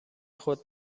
خود